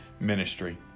ministry